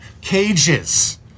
cages